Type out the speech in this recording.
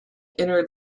inner